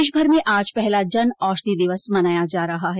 देशभर में आज पहला जन औषधि दिवस मनाया जा रहा है